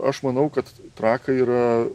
aš manau kad trakai yra